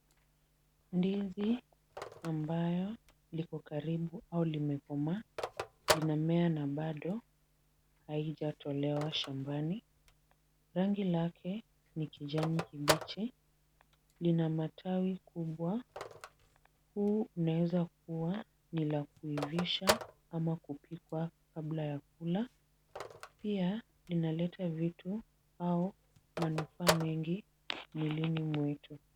Ndizi ambayo iko karibu au limekomaa linamea na bado haijatolewa shambani. Rangi lake ni kijani kibichi. Lina matawi kubwa. Huu unaweza kuwa ni la kuivisha ama kupikwa kabla ya kula. Pia, inaleta vitu au manufaa mengi mwilini mwetu.